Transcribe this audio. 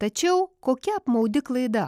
tačiau kokia apmaudi klaida